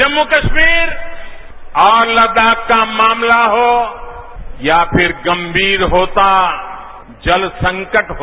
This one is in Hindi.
जम्मू कश्मीर और लद्दाख का मामला हो या फिर गंभीर होता जल संकट हो